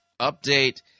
update